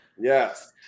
Yes